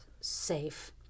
safe